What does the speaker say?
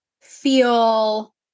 feel